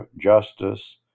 justice